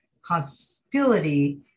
hostility